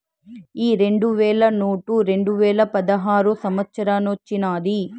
ఈ రెండు వేల నోటు రెండువేల పదహారో సంవత్సరానొచ్చినాది